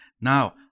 now